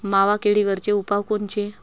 मावा किडीवरचे उपाव कोनचे?